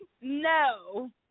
No